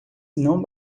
não